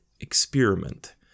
experiment